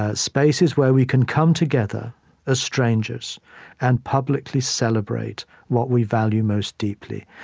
ah spaces where we can come together as strangers and publicly celebrate what we value most deeply.